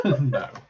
No